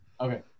Okay